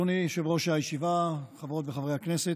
אדוני יושב-ראש הישיבה, חברות וחברי הכנסת,